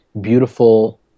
beautiful